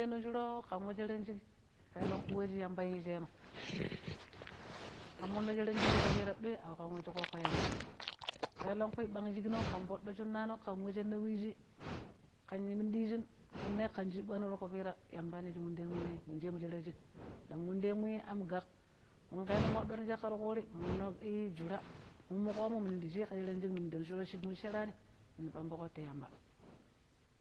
We shi munje shuro ƙanma sheran shiƙ ƙelengƙu we shi yamba yijeno an muno sheran shiƙ ɗoi aƙaam shi ƙooƙo yambam ƙleng ƙui ɓang shikno ƙan foɗɗo shunano, ƙan we shinna wijii, ƙan shi minu dijin ƙan ne ƙan shiɓɓano tuƙu piira yambano shi munjemu sheran shik, ndang mundemu am gaƙ munƙeno moɗɗo ning chaƙƙa ti ƙuri, nmonnoi i jura, mummu ƙoomo, minun ndi chii ƙa sheran shiƙ minun ndu shun, shiƙmu sherani minu pambuƙo ti yamba.